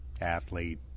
athlete